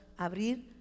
abrir